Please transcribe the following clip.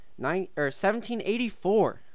1784